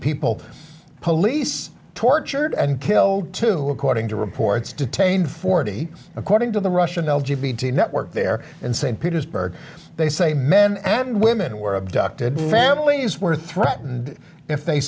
people police tortured and killed to according to reports detained forty according to the russian l g b t network there in st petersburg they say men and women were abducted families were threatened if they